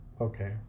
Okay